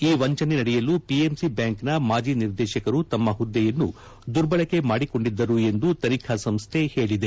ಈ ವಂಚನೆ ನಡೆಯಲು ಪಿಎಂಸಿ ಬ್ಯಾಂಕ್ನ ಮಾಜಿ ನಿರ್ದೇಶಕರು ತಮ್ಮ ಹುದ್ದೆಯನ್ನು ದುರ್ಬಳಕೆ ಮಾದಿಕೊಂಡಿದ್ದರು ಎಂದು ತನಿಖಾ ಸಂಸ್ಥೆ ಹೇಳಿದೆ